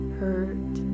hurt